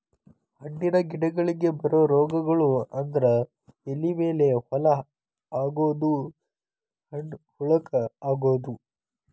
ಹಣ್ಣಿನ ಗಿಡಗಳಿಗೆ ಬರು ರೋಗಗಳು ಅಂದ್ರ ಎಲಿ ಮೇಲೆ ಹೋಲ ಆಗುದು, ಹಣ್ಣ ಹುಳಕ ಅಗುದು